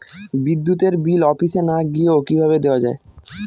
বিদ্যুতের বিল অফিসে না গিয়েও কিভাবে দেওয়া য়ায়?